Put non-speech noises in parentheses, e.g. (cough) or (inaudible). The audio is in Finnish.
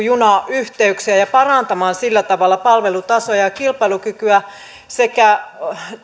(unintelligible) junayhteyksiä ja ja parantamaan sillä tavalla palvelutasoa ja ja kilpailukykyä sekä